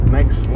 Next